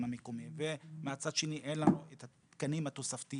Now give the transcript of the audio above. המקומי ומצד שני אין לנו את התקנים התוספתיים